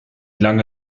lange